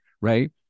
right